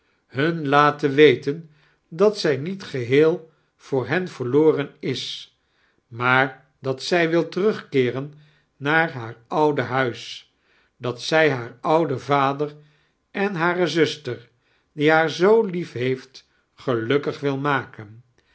hun laten weten dat zij niet geheel voor hen verloren is maar dat zij wil terugkeeren naar haar oudei huis dat zij haar ouden vader en hare ziusiter die haar zoo lief heeft gelukkig wil maken